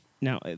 Now